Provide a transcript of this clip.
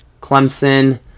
Clemson